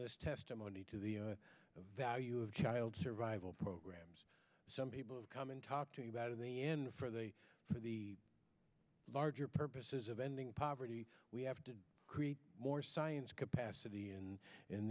this testimony to the value of child survival programs some people have come and talked about in the end for the for the larger purposes of ending poverty we have to create more science capacity and in